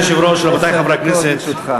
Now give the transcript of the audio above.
אנחנו עוברים להצעת חוק